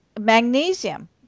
magnesium